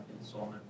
insolvent